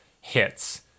hits